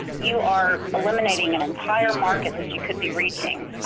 you are eliminating an entire market that you could be reaching,